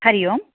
Hari Om